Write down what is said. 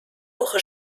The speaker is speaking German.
woche